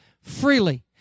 freely